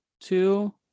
Two